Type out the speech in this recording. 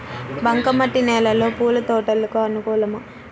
బంక మట్టి నేలలో పూల తోటలకు అనుకూలమా?